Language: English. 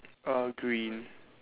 uh green